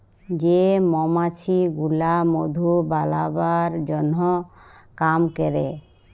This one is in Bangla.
যে মমাছি গুলা মধু বালাবার জনহ কাম ক্যরে